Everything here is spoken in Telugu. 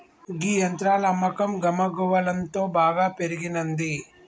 గీ యంత్రాల అమ్మకం గమగువలంతో బాగా పెరిగినంది